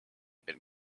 been